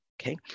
okay